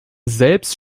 selbst